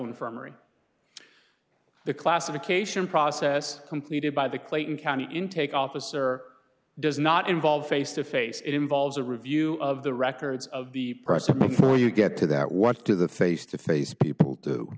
infirmary the classification process completed by the clayton county intake office or does not involve face to face it involves a review of the records of the president before you get to that what do the face to face people do